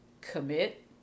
commit